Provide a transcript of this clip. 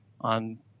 on